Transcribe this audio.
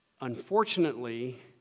Unfortunately